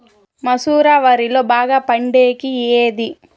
మసూర వరిలో బాగా పండేకి ఏది?